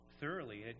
thoroughly